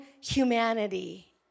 humanity